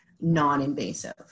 non-invasive